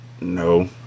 No